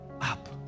up